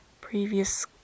previous